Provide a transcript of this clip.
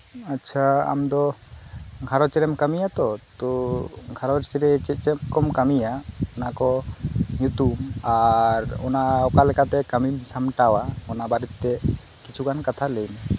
ᱟᱪᱷᱟ ᱟᱢᱫᱚ ᱜᱷᱟᱨᱚᱧᱨᱮᱢ ᱠᱟᱹᱢᱤᱭᱟᱛᱚ ᱛᱚ ᱜᱷᱟᱨᱚᱧᱨᱮ ᱪᱮᱫ ᱪᱮᱫᱠᱩᱢ ᱠᱟᱹᱢᱤᱭᱟ ᱚᱱᱟᱠᱩ ᱧᱩᱛᱩᱢ ᱟᱨ ᱚᱱᱟ ᱚᱠᱟᱞᱞᱮᱠᱟᱛᱮ ᱠᱟᱹᱢᱤᱢ ᱥᱟᱢᱴᱟᱣᱟ ᱚᱱᱟ ᱵᱟᱨᱮᱛᱮ ᱠᱤᱪᱷᱩᱜᱟᱱ ᱠᱟᱛᱷᱟ ᱞᱟᱹᱭᱢᱮ